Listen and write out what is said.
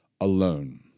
alone